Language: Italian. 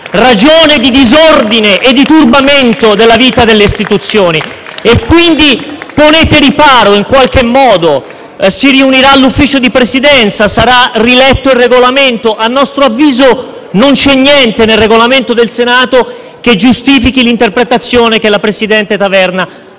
ragione di disordine e di turbamento della vita delle istituzioni. *(Applausi dal Gruppo PD)*. Quindi, ponete riparo in qualche modo. Si riunirà il Consiglio di Presidenza e sarà riletto il Regolamento. A nostro avviso, non c'è niente, nel Regolamento del Senato, che giustifichi l'interpretazione che il presidente Taverna ha